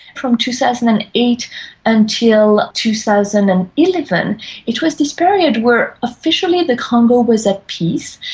from two thousand and eight until two thousand and eleven it was this period where officially the congo was at peace.